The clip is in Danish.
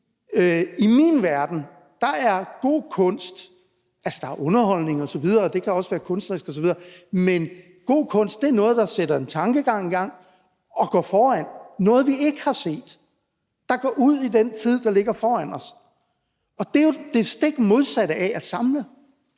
slet ikke forstå kunstsynet. Altså, der er underholdning osv., og det kan også være kunstnerisk osv., men i min verden er god kunst noget, der sætter en tankegang i gang og går foran; noget, vi ikke har set; noget, der rækker ud i den tid, der ligger foran os. Og det er jo det stik modsatte af at samle.